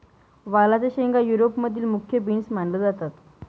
वालाच्या शेंगा युरोप मधील मुख्य बीन्स मानल्या जातात